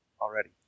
already